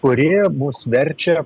kurie mus verčia